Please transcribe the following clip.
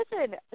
listen